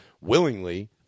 willingly